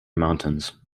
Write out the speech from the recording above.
mountains